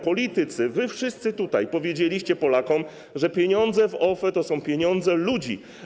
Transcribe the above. Politycy, wy wszyscy tutaj, powiedzieliście Polakom, że pieniądze w OFE to są pieniądze ludzi.